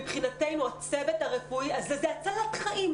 מבחינתנו הצוות הרפואי הזה זה הצלת חיים.